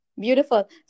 Beautiful